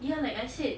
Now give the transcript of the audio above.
ya like I said